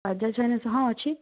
Bajaj finance ହଁ ଅଛି